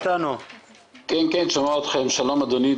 אדוני,